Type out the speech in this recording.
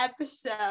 episode